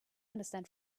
understand